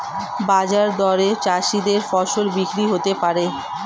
বাজার দরে চাষীদের ফসল বিক্রি হতে পারে